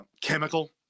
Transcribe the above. chemical